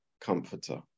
comforter